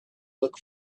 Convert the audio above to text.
look